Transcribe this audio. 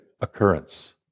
occurrence